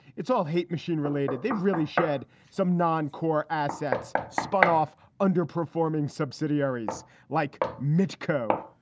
it's all hate machine related. they've really shed some non core assets, spun off underperforming subsidiaries like mitko.